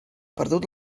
perdut